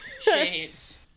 shades